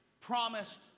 promised